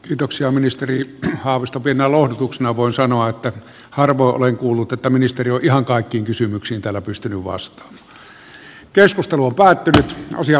kiitoksia ministeri haavisto pitää lohdutuksena voi sanoa että harva olen kuullut että ministeriö ja yli hallituskauden ulottuva jatkuvuus omistajaohjauksessa on erittäin tärkeää